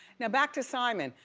now back to simon.